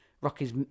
Rocky's